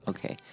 Okay